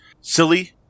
silly